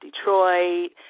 Detroit